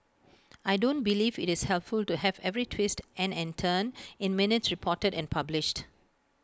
I don't believe IT is helpful to have every twist and and turn in minutes reported and published